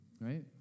right